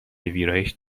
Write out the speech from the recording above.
ویرایش